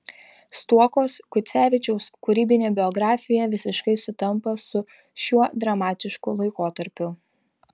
stuokos gucevičiaus kūrybinė biografija visiškai sutampa su šiuo dramatišku laikotarpiu